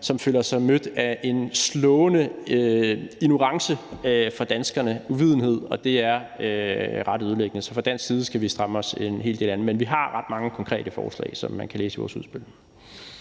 som føler sig mødt af en slående ignorance fra danskerne. Den uvidenhed er ret ødelæggende. Så fra dansk side skal vi stramme os en hel del an. Men vi har ret mange konkrete forslag, som man kan læse i vores udspil.